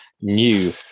new